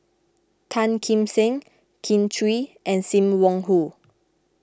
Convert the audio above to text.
Tan Kim Seng Kin Chui and Sim Wong Hoo